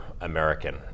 American